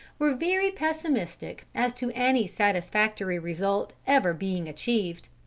were very pessimistic as to any satisfactory result ever being achieved.